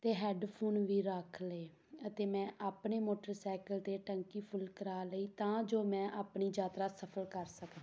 ਅਤੇ ਹੈਡਫੋਨ ਵੀ ਰੱਖ ਲਏ ਅਤੇ ਮੈਂ ਆਪਣੇ ਮੋਟਰਸਾਇਕਲ 'ਤੇ ਟੰਕੀ ਫੁੱਲ ਕਰਵਾ ਲਈ ਤਾਂ ਜੋ ਮੈਂ ਆਪਣੀ ਯਾਤਰਾ ਸਫਲ ਕਰ ਸਕਾਂ